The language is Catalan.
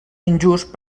injust